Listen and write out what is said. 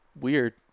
weird